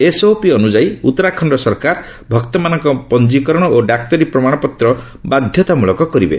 SOP ଅନୁଯାୟୀ ଉତ୍ତରାଖଣ୍ଡ ସରକାର ଭକ୍ତମାନଙ୍କ ପଞ୍ଜିକରଣ ଓ ଡାକ୍ତରୀ ପ୍ରମାଣପତ୍ର ବାଧ୍ୟତାମୂଳକ କରିବେ